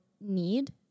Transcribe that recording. need